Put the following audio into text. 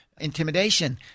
intimidation